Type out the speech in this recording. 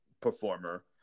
performer